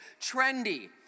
Trendy